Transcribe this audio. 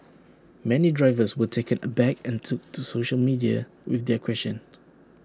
many drivers were taken aback and took to social media with their questions